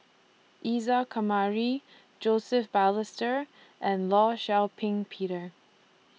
Isa Kamari Joseph Balestier and law Shau Ping Peter